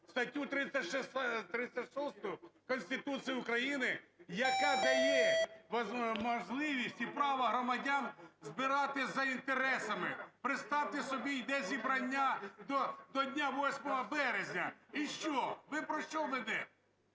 статтю 36 Конституцію України, яка дає можливість і право громадянам збиратись за інтересами. Представте собі, йде зібрання до Дня 8 березня, і що? Ми про що ведемо?